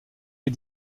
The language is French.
les